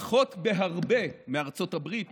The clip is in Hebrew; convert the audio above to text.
פחות בהרבה מארצות הברית,